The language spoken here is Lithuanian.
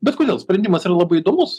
bet kodėl sprendimas yra labai įdomus